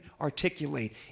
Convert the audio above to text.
articulate